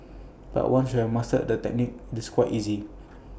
but once you have mastered the technique it's quite easy